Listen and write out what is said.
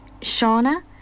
shauna